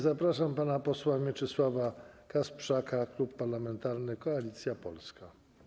Zapraszam pana posła Mieczysława Kasprzaka, Klub Parlamentarny Koalicja Polska.